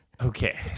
Okay